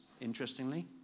interestingly